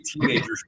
teenagers